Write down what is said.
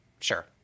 Sure